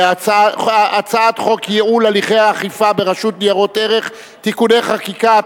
על הצעת חוק ייעול הליכי האכיפה ברשות ניירות ערך (תיקוני חקיקה),